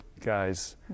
guys